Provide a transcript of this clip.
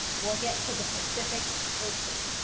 we'll get to the pacific ocean.